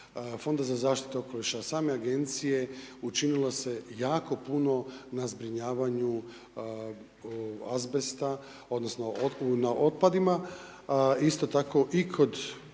Fonda za zaštitu okoliša, same agencije učinilo se jako puno na zbrinjavanju azbesta odnosno na otpadima. Isto tako i kod